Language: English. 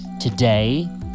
today